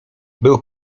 był